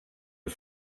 and